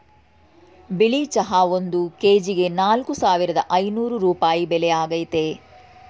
ಬಿಳಿ ಚಹಾ ಒಂದ್ ಕೆಜಿಗೆ ನಾಲ್ಕ್ ಸಾವಿರದ ಐನೂರ್ ರೂಪಾಯಿ ಬೆಲೆ ಆಗೈತೆ